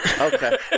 Okay